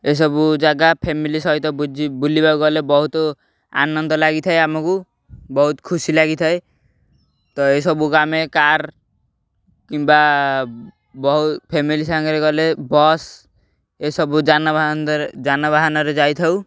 ଏସବୁ ଜାଗା ଫ୍ୟାମିଲି ସହିତ ବୁଜି ବୁଲିବାକୁ ଗଲେ ବହୁତ ଆନନ୍ଦ ଲାଗିଥାଏ ଆମକୁ ବହୁତ ଖୁସି ଲାଗିଥାଏ ତ ଏସବୁ ଆମେ କାର୍ କିମ୍ବା ବହୁ ଫ୍ୟାମିଲି ସାଙ୍ଗରେ ଗଲେ ବସ୍ ଏସବୁ ଯାନବାହନରେ ଯାନବାହନରେ ଯାଇଥାଉ